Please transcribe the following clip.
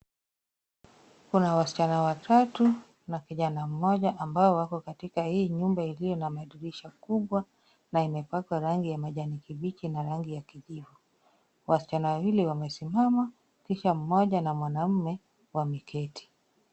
Kuna wasichana watatu na kijana mmoja ambao wako katika hii nyumba iliyo na madirisha makubwa na imepakwa rangi ya kijani kibichi narangi ya kijivu. Wasichana wawili wamesimama Kisha mmoja na mwanamme wameketi.